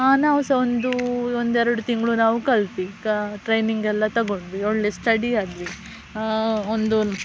ಹಾಂ ನಾವು ಸಹ ಒಂದು ಒಂದೆರಡು ತಿಂಗಳು ನಾವು ಕಲ್ಪ ಟ್ರೈನಿಂಗ್ ಎಲ್ಲ ತಗೊಂಡ್ವಿ ಒಳ್ಳೆ ಸ್ಟಡಿ ಆದ್ವಿ ಒಂದು